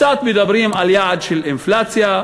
קצת מדברים על יעד של אינפלציה,